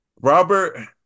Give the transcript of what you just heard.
robert